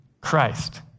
Christ